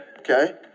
Okay